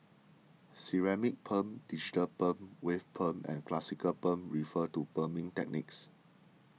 ceramic perm digital perm wave perm and classic perm refer to perming techniques